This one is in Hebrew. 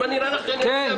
נראה לך שאני אצביע בלי פיקוח?